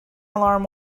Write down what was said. alarm